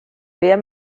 wer